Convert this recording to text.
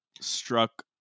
struck